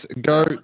go